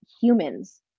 humans